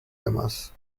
demás